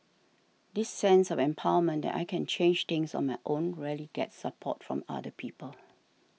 this sense of empowerment that I can change things on my own rarely gets support from other people